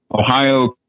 Ohio